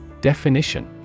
Definition